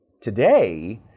Today